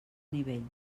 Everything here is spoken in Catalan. nivell